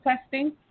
testing